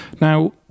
Now